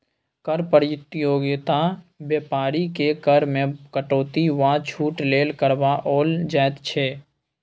कर प्रतियोगिता बेपारीकेँ कर मे कटौती वा छूट लेल करबाओल जाइत छै